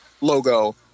logo